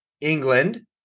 England